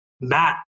Matt